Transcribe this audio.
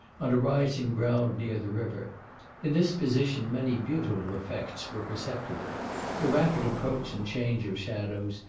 on a rising ground near the river in this position many beautiful effects were perceptible the rapid approach and change of shadows,